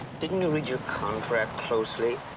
didn't you read your contract closely?